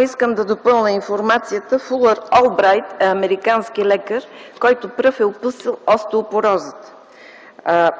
Искам само да допълня информацията. Фулър Олбрайт е американски лекар, който пръв е описал остеопорозата.